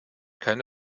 keine